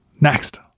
next